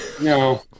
no